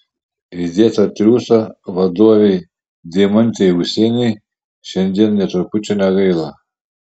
įdėto triūso vadovei deimantei ūsienei šiandien nė trupučio negaila